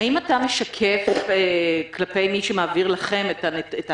האם אתה משקף כלפי מי שמעביר לכם את ההחלטות,